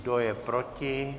Kdo je proti?